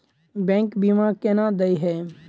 Bank बीमा केना देय है?